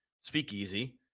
speakeasy